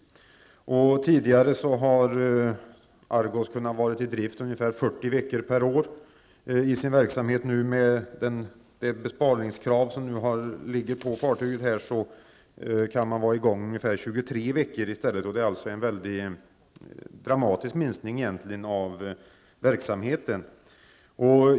Argos har tidigare kunnat vara i drift i ungefär 40 veckor per år. Med de besparingskrav som nu ställts kan fartyget i stället vara i gång i ungefär 23 veckor per år. Det är alltså fråga om en dramatisk minskning av verksamheten.